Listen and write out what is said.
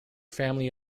family